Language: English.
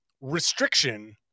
restriction